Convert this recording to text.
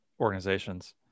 organizations